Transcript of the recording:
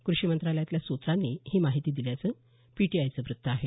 कृषी मंत्रालयातल्या सूत्रांनी ही माहिती दिल्याचं पीटीआयचं वृत्त आहे